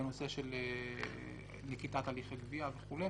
ונושא של נקיטת הליכי גבייה וכו'.